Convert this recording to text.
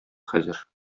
хәзер